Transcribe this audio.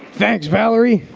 thanks, valerie!